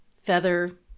feather